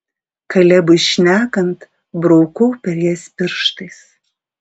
kalebui šnekant braukau per jas pirštais